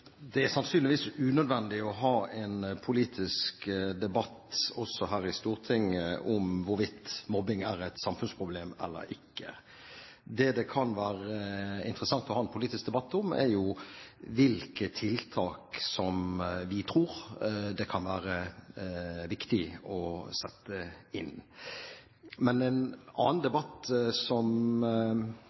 Det er sannsynligvis unødvendig å ha en politisk debatt også her i Stortinget om hvorvidt mobbing er et samfunnsproblem eller ikke. Det det kan være interessant å ha en politisk debatt om, er hvilke tiltak vi tror det kan være viktig å sette inn. En annen debatt som